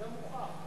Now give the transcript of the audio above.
זה מוכח.